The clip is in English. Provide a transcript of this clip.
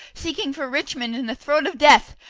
seeking for richmond in the throat of death.